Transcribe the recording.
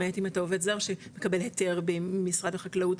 למעט אם אתה עובד זר שמקבל הייתר ממשרד החקלאות,